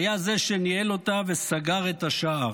היה זה שניהל אותה וסגר את השער,